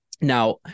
Now